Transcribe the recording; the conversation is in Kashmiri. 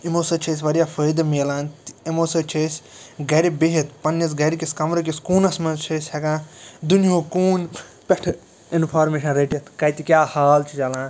یِمو سۭتۍ چھِ أسۍ واریاہ فٲیدٕ مِلان تہِ یِمو سۭتۍ چھِ أسۍ گَرِ بِہِت پَنٛنِس گَرِکِس کمرٕکِس کوٗنَس منٛز چھِ أسۍ ہٮ۪کان دُنہیُک کوٗن پٮ۪ٹھٕ اِنفارمیشَن رٔٹِتھ کَتہِ کیٛاہ حال چھِ چلان